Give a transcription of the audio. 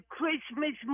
Christmas